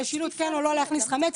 כן או לא להכניס חמץ,